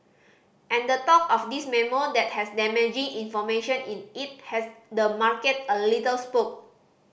and the talk of this memo that has damaging information in it has the market a little spooked